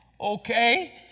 okay